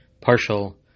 partial